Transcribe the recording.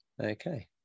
okay